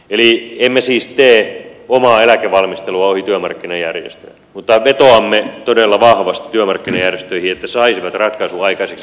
eli emme siis tee omaa eläkevalmistelua ohi työmarkkinajärjestöjen mutta vetoamme todella vahvasti työmarkkinajärjestöihin että saisivat ratkaisun aikaiseksi